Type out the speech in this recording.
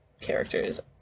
characters